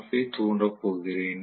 F I தூண்டப் போகிறேன்